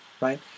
right